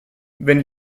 wenn